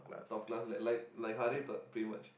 top class like like Harrith ah pretty much